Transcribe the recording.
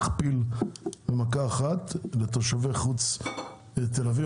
להכפיל במכה אחת לתושבי חוץ תל אביב,